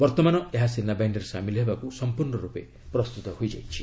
ବର୍ତ୍ତମାନ ଏହା ସେନାବାହିନୀରେ ସାମିଲ ହେବାକୁ ସଂପ୍ରର୍ଣ୍ଣ ରୂପେ ପ୍ରସ୍ତୁତ ହୋଇଯାଇଛି